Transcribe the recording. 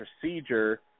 procedure